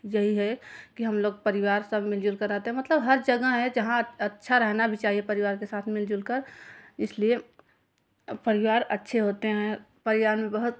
यही है कि हम लोग परिवार सब मिलजुल कर रहते हैं मतलब हर जगह हैं जहाँ अच्छा रहना भी चाहिए परिवार के साथ मिलजुल कर इसलिए परिवार अच्छे होते हैं परिवार में बहुत